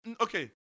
Okay